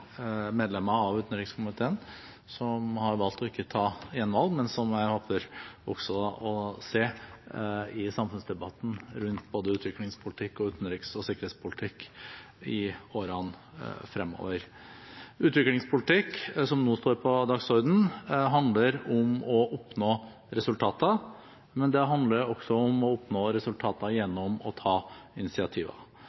medlemmer av utenrikskomiteen som har valgt ikke å ta gjenvalg, men som jeg håper å se i samfunnsdebatten om både utviklingspolitikk og utenriks- og sikkerhetspolitikk i årene fremover. Utviklingspolitikk – som nå står på dagsordenen – handler om å oppnå resultater, men det handler også om å oppnå resultater